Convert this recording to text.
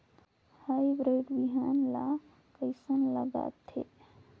Hybrid बिहान ला कइसन लगाथे?